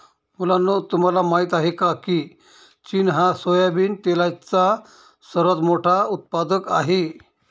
मुलांनो तुम्हाला माहित आहे का, की चीन हा सोयाबिन तेलाचा सर्वात मोठा उत्पादक आहे